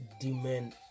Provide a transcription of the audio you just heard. demand